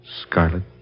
Scarlet